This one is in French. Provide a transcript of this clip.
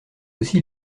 aussi